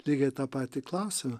lygiai tą patį klausimą